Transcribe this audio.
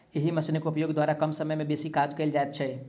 एहि मशीनक उपयोग द्वारा कम समय मे बेसी काज कयल जाइत छै